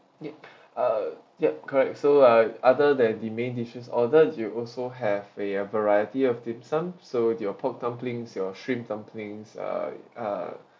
ya uh ya correct so uh other than the main dishes ordered you also have a variety of dim sum so you have pork dumplings you have shrimp dumplings uh uh